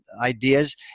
ideas